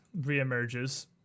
reemerges